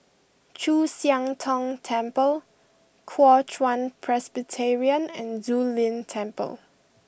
Chu Siang Tong Temple Kuo Chuan Presbyterian and Zu Lin Temple